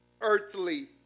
earthly